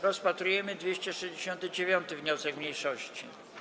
Rozpatrujemy 269. wniosek mniejszości.